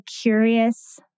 curious